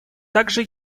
также